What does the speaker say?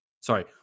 Sorry